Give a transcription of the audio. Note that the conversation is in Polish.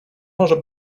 może